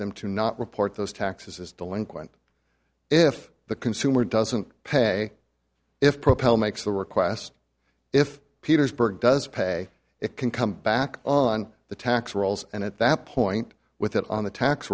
them to not report those taxes as delinquent if the consumer doesn't pay if propel makes the request if petersburg does pay it can come back on the tax rolls and at that point with it on the tax